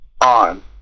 on